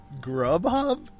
Grubhub